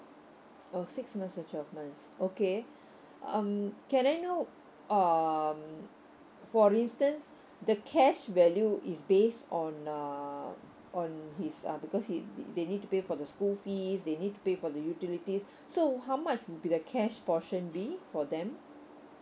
oh six months to twelve months okay um can I know um for instance the cash value is base on uh on his uh because his uh because he they need to pay for the school fees they need to pay for the utilities so how much will be the cash portion be for them